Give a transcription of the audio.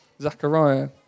Zechariah